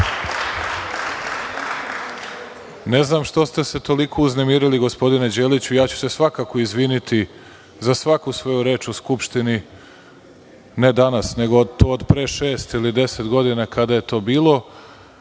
Ne znam što ste se toliko uznemirili, gospodine Đeliću. Svakako ću se izviniti za svaku svoju reč u Skupštini, ne danas, nego od pre šest ili deset godina, kada je to bilo,